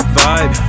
vibe